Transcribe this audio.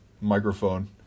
microphone